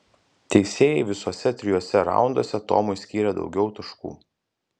teisėjai visuose trijuose raunduose tomui skyrė daugiau taškų